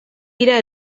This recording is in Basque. dira